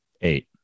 Eight